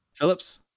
Phillips